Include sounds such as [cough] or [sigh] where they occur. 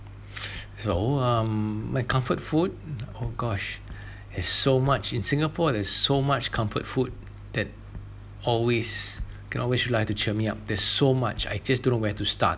[breath] so um my comfort food oh gosh [breath] there's so much in singapore there's so much comfort food that always can rely to cheer me up there's so much I just don't know where to start